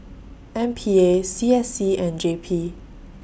M P A C S C and J P